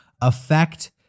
affect